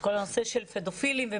כל הנושא של פדופילים.